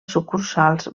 sucursals